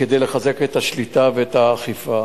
כדי לחזק את השליטה ואת האכיפה.